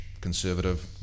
conservative